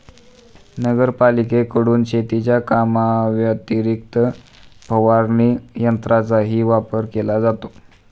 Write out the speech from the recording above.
नगरपालिकेकडून शेतीच्या कामाव्यतिरिक्त फवारणी यंत्राचाही वापर केला जातो